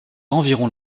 environ